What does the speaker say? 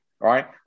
Right